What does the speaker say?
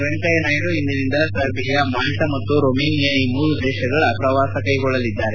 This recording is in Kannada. ವೆಂಕಯ್ಯ ನಾಯ್ಡು ಇಂದಿನಿಂದ ಸರ್ಬಿಯಾ ಮಾಲ್ವಾ ಮತ್ತು ರೊಮೇನಿಯಾ ಈ ಮೂರು ದೇಶಗಳ ಪ್ರವಾಸ ಕೈಗೊಳ್ಳಲಿದ್ದಾರೆ